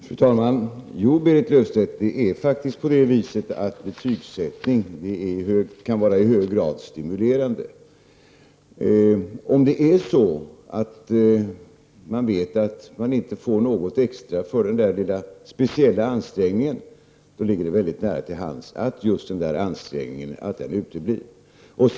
Fru talman! Jo, Berit Löfstedt, det är faktiskt så att betygssättning kan vara i hög grad stimulerande. Om man vet att man inte får något extra för den lilla speciella ansträngningen, ligger det väldigt nära till hands att denna ansträngning uteblir.